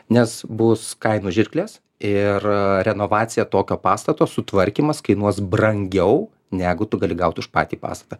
nes bus kainų žirklės ir renovacija tokio pastato sutvarkymas kainuos brangiau negu tu gali gauti už patį pastatą